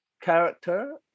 character